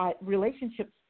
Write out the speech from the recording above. relationships